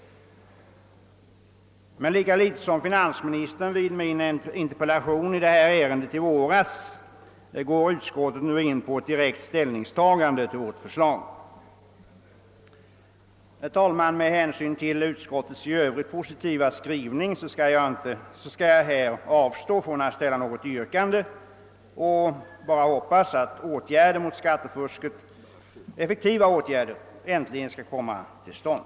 Men lika litet som finansministern vid besvarande av min interpellation i detta ämne i våras går utskottet nu in på ett direkt ställningstagande till vårt förslag. Herr talman! Med hänsyn till utskottets i övrigt positiva skrivning skall jag avstå från att ställa något yrkande. Jag hoppas bara att effektiva åtgärder mot skattefusket äntligen skall komma till stånd.